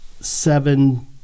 seven